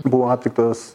buvo aptiktas